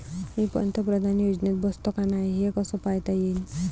मी पंतप्रधान योजनेत बसतो का नाय, हे कस पायता येईन?